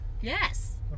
Yes